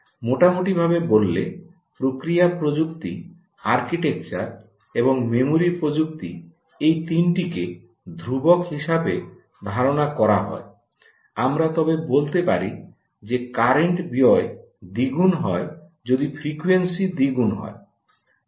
মোটামুটিভাবে বললে প্রক্রিয়া প্রযুক্তি আর্কিটেকচার এবং মেমরি প্রযুক্তি এই 3 টিকে ধ্রুবক হিসেবে যদি ধারণা করা হয় আমরা তবে বলতে পারি যে কারেন্ট ব্যয় দ্বিগুণ হয় যদি ফ্রিকোয়েন্সি দ্বিগুণ হয়